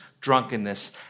drunkenness